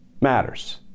matters